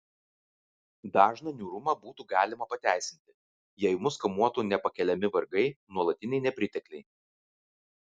dažną niūrumą būtų galima pateisinti jei mus kamuotų nepakeliami vargai nuolatiniai nepritekliai